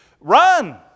run